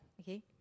okay